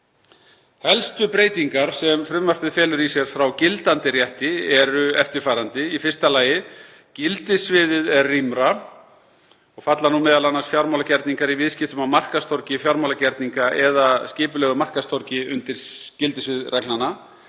Helstu breytingar sem frumvarpið felur í sér frá gildandi rétti eru eftirfarandi: Í fyrsta lagi er gildissviðið rýmra og falla nú m.a. fjármálagerningar í viðskiptum á markaðstorgi fjármálagerninga eða skipulögðu markaðstorgi undir gildissvið reglnanna.